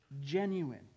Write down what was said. genuine